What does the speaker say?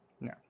No